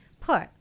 put